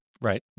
Right